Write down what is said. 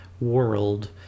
world